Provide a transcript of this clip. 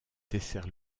dessert